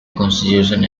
constitution